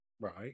Right